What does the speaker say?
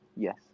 Yes